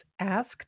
Ask